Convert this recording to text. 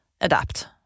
adapt